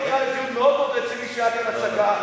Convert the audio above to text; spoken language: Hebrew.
אתה לא תקרא לדיון מאוד מאוד רציני שהיה כאן הצגה.